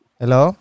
hello